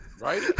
Right